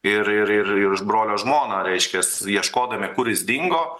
ir ir ir ir iš brolio žmoną reiškias ieškodami kur jis dingo